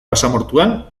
basamortuan